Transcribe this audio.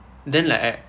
then like I I